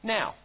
Now